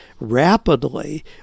rapidly